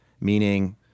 meaning